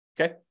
Okay